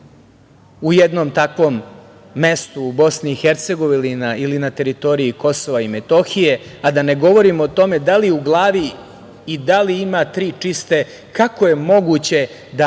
u jednom takvom mestu u BiH ili na teritoriji KiM, a da ne govorimo o tome da li u glavi i da li ima tri čiste, kako je moguće da